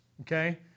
Okay